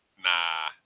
Nah